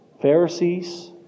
Pharisees